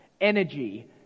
energy